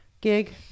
gig